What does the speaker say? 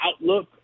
outlook